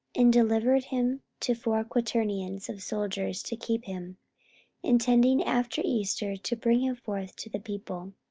and delivered him to four quaternions of soldiers to keep him intending after easter to bring him forth to the people.